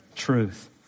truth